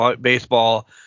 Baseball